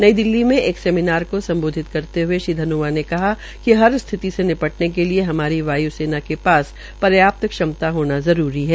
नई दिल्ली में एक सेमिनार को सम्बोधित करते हए श्री धनोआ ने कहा कि हर स्थिति से निपटने के लिये हमारी वायुसेना के पास पर्याप्त क्षमता होना जरूरी है